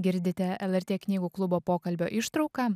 girdite lrt knygų klubo pokalbio ištrauką